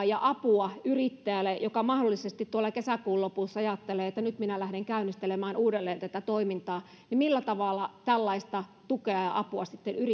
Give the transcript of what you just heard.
ja apu yrittäjälle joka mahdollisesti tuolla kesäkuun lopussa ajattelee että nyt minä lähden käynnistelemään uudelleen tätä toimintaa millä tavalla tällaista tukea ja apua